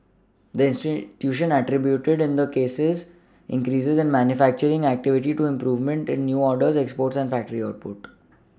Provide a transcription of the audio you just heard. the institution attributed then the cases in cases that manufacturing activity to improvements in new orders exports and factory output